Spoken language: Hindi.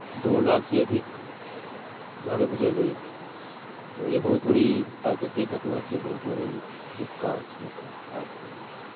दो लाख से अधिक घर उजड़ गए थे तो ये बहुत बड़ी प्राकृतिक घटना थी बहुत बड़ी दुख का क्षण था भारत के लिए